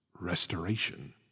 Restoration